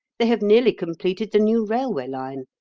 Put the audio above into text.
they have nearly completed the new railway line.